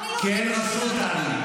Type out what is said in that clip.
כי אין רשות, טלי.